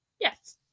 Yes